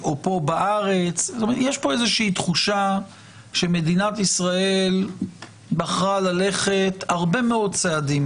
יש תחושה שמדינת ישראל בחרה ללכת הרבה מאוד צעדים